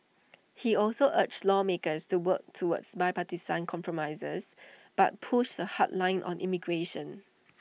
he also urged lawmakers to work toward bipartisan compromises but pushed A hard line on immigration